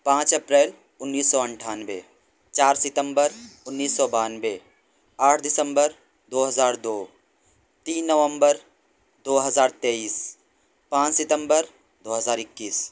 پانچ اپریل انیس انٹھانوے چار ستمبر انیس سو بانوے آٹھ دسمبر دو ہزار دو تین نومبر دو ہزار تئیس پانچ ستمبر دو ہزار اکیس